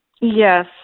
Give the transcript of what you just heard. Yes